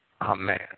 amen